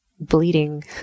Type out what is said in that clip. bleeding